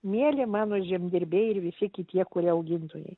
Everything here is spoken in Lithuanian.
mielie mano žemdirbiai ir visi tie kurie augintojai